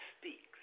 speaks